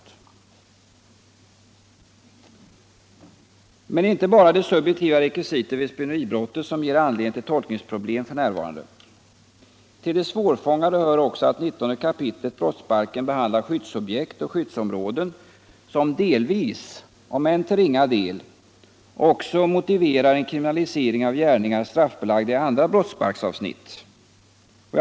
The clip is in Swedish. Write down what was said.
Det är emellertid inte bara det subjektiva rekvisitet vid spioneribrottet som ger anledning till tolkningsproblem f.n. Till det svårfångade hör också att 19 kap. brottsbalken behandlar skyddsobjekt och skyddsområde som delvis, om än till ringa del, motiverar en kriminalisering av gärningar straffbelagda i andra brottsbalksavsnitt. Bl.